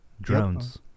drones